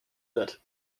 wird